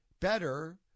better